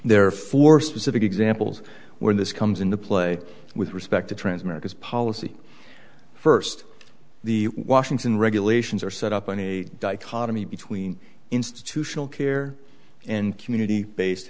therefore specific examples where this comes into play with respect to transmit because policy first the washington regulations are set up on a dichotomy between institutional care and community based